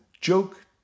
joke